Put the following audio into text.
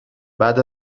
بعد